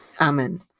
Amen